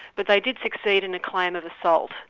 but they did succeed in a claim of assault.